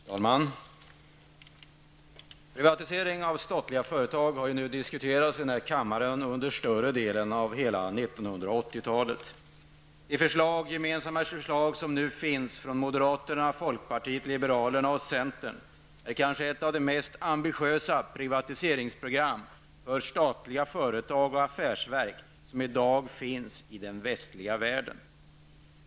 Fru talman! Privatisering av statliga företag har diskuterats i den här kammaren under större delen av 1980-talet. Gemensamma förslag föreligger nu från moderaterna, folkpartiet liberalerna och centern. Det är kanske ett av de mest ambitiösa privatiseringsprogram för statliga företag och affärsverk som i dag finns i den västliga världen.